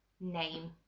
name